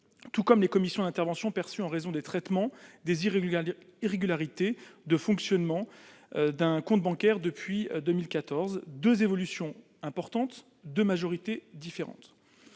tout comme les commissions d'intervention perçues en raison du traitement des irrégularités de fonctionnement d'un compte bancaire, depuis 2014. Voilà deux évolutions importantes, concrétisées sous deux majorités différentes.